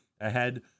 ahead